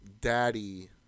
daddy